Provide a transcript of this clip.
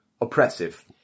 oppressive